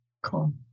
Cool